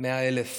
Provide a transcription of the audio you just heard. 100,000